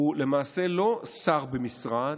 הוא למעשה לא שר במשרד,